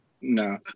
No